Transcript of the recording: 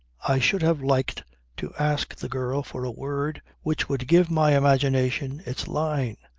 i should have liked to ask the girl for a word which would give my imagination its line.